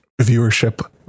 viewership